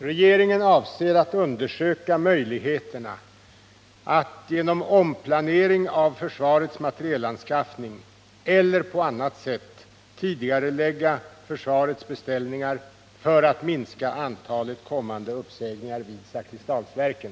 Regeringen avser att undersöka möjligheterna att genom omplanering av försvarets materielanskaffning eller på annat sätt tidigarelägga försvarets beställningar för att minska antalet kommande uppsägningar vid Zakrisdalsverken.